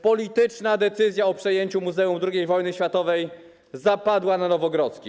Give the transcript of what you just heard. Polityczna decyzja o przejęciu Muzeum II Wojny Światowej zapadła na Nowogrodzkiej.